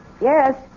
Yes